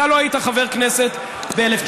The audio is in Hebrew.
אתה לא היית חבר כנסת ב-1992,